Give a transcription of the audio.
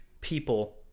people